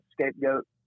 scapegoat